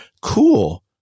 Cool